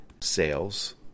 sales